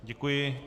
Děkuji.